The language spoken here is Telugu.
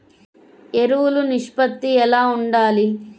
ఎరువులు నిష్పత్తి ఎలా ఉండాలి?